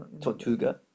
Tortuga